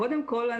קודם כול,